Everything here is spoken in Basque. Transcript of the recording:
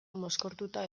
mozkortuta